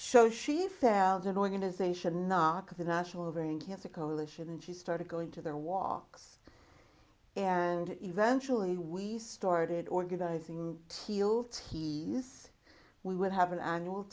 show she found an organization not the national ovarian cancer coalition and she started going to their walks and eventually we started organizing teel teas we would have an annual